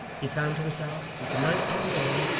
he found himself, with the night coming on,